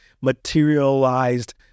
materialized